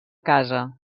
casa